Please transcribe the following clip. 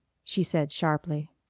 she said sharply.